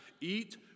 eat